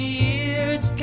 years